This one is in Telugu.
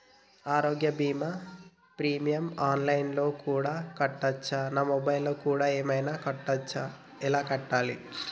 ఆరోగ్య బీమా ప్రీమియం ఆన్ లైన్ లో కూడా కట్టచ్చా? నా మొబైల్లో కూడా ఏమైనా కట్టొచ్చా? ఎలా కట్టాలి?